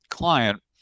client